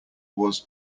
was